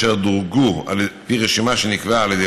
אשר דורגו על פי רשימה שנקבעה על ידי